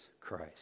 Christ